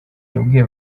yabwiye